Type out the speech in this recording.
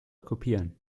kopieren